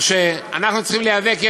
כך שאנחנו צריכים להיאבק.